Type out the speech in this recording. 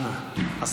אנא.